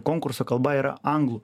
konkurso kalba yra anglų